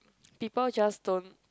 people just don't